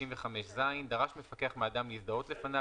65ז.הזדהות דרש מפקח מאדם להזדהות לפניו,